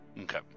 Okay